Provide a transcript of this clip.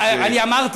שיובהר.